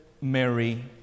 Mary